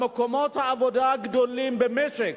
במקומות העבודה הגדולים במשק